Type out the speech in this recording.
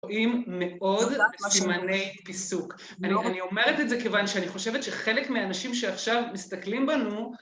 רואים מאוד סימני פיסוק, אני אומרת את זה כיוון שאני חושבת שחלק מהאנשים שעכשיו מסתכלים בנו